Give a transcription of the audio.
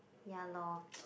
ya lor